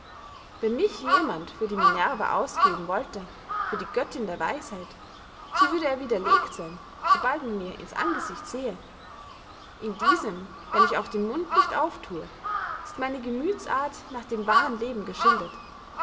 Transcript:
wenn mich jemand für die minerva ausgeben wollte für die göttinn der weisheit so würde er widerlegt seyn so bald man mir ins angesicht sähe in diesem wenn ich auch den mund nicht aufthue ist meine gemüthsart nach dem wahren leben geschildert